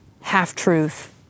half-truth